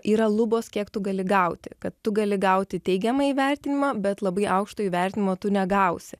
yra lubos kiek tu gali gauti kad tu gali gauti teigiamą įvertinimą bet labai aukšto įvertinimo tu negausi